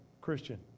Christian